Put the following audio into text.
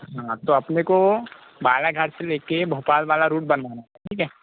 हाँ तो अपने को बालाघाट से लेके भोपाल वाला रूट बनवाना है ठीक है